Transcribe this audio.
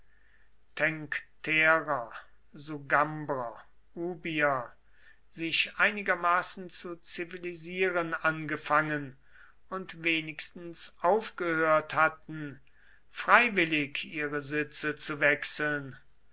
tencterer sugambrer ubier sich einigermaßen zu zivilisieren angefangen und wenigstens aufgehört hatten freiwillig ihre sitze zu wechseln